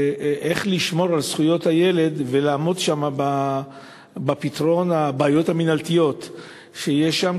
איך לשמור על זכויות הילד ולעמוד שם בפתרון הבעיות המינהלתיות שיש שם,